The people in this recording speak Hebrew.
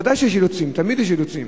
ודאי שיש אילוצים, תמיד יש אילוצים.